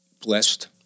Blessed